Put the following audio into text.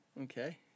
Okay